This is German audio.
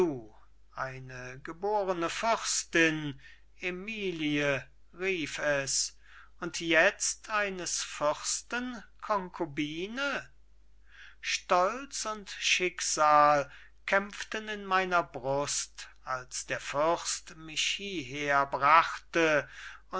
eine geborene fürstin emilie rief es und jetzt eines fürsten concubine stolz und schicksal kämpften in meiner brust als der fürst mich hieher brachte